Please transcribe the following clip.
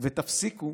ותפסיקו